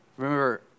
Remember